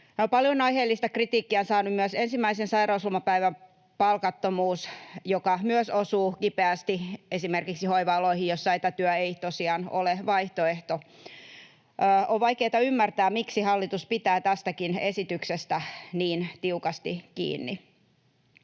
Paljon aiheellista kritiikkiä on saanut myös ensimmäisen sairauslomapäivän palkattomuus, joka myös osuu kipeästi esimerkiksi hoiva-aloihin, joissa etätyö ei tosiaan ole vaihtoehto. On vaikeata ymmärtää, miksi hallitus pitää tästäkin esityksestä niin tiukasti kiinni.